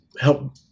help